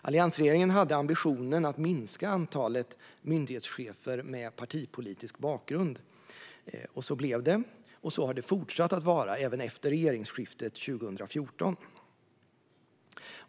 Alliansregeringen hade ambitionen att minska antalet myndighetschefer med partipolitisk bakgrund. Så blev det, och så har det fortsatt att vara även efter regeringsskiftet 2014.